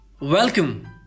Welcome